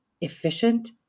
efficient